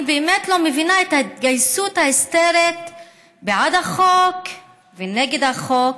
אני באמת לא מבינה את ההתגייסות ההיסטרית בעד החוק ונגד החוק.